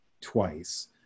twice